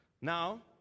Now